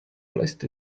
placed